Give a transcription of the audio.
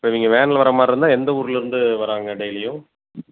இப்போ நீங்கள் வேனில் வர்றமாதிரிந்தா எந்த ஊர்லர்ந்து வராங்க டெய்லியும்